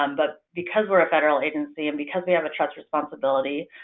um but because we're a federal agency and because we have a trust responsibility,